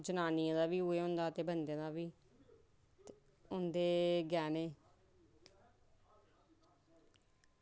जनानियें दा बी उऐ होंदा ते बंदे दा बी ते उंदे गैह्नें